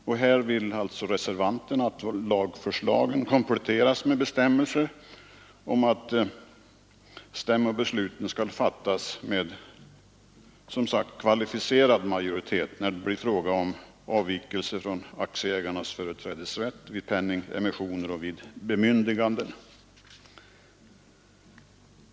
Reservanterna hemställer att lagförslagen skall kompletteras med bestämmelser om att stämmobesluten skall fattas med kvalificerad majoritet när det gäller avvikelse från aktieägarnas företrädesrätt vid penningemissioner och när det gäller bemyndigande till styrelsen.